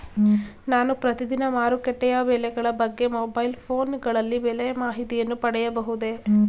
ನಾನು ಪ್ರತಿದಿನ ಮಾರುಕಟ್ಟೆಯ ಬೆಲೆಗಳ ಬಗ್ಗೆ ಮೊಬೈಲ್ ಫೋನ್ ಗಳಲ್ಲಿ ಬೆಲೆಯ ಮಾಹಿತಿಯನ್ನು ಪಡೆಯಬಹುದೇ?